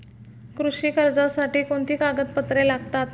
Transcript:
कृषी कर्जासाठी कोणती कागदपत्रे लागतात?